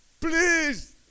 Please